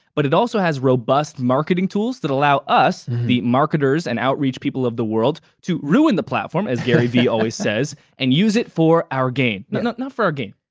but it also has robust marketing tools that allow us, the marketers and outreach people of the world, to ruin the platform, as garyvee always says, and use it for our gain. not not for our gain,